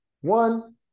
One